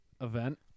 event